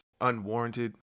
unwarranted